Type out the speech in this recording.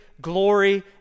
glory